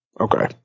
Okay